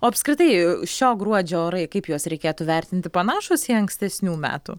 o apskritai šio gruodžio orai kaip juos reikėtų vertinti panašūs į ankstesnių metų